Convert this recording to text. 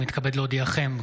אני מתכבד להודיעכם,